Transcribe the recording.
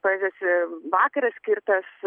poezijos vakaras skirtas